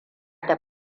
da